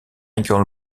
michael